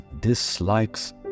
dislikes